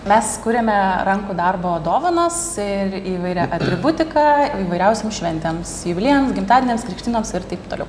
mes kuriame rankų darbo dovanas ir įvairią atributiką įvairiausioms šventėms jubiliejams gimtadieniams krikštynoms ir taip toliau